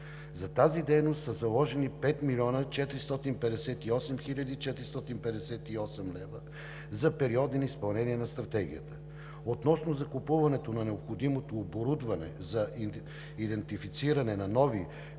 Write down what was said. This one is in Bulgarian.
За тази дейност са заложени 5 млн. 458 хил. 458 лв. за периода на изпълнение на Стратегията. Относно закупуването на необходимото оборудване за идентифициране на нови